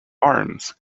arms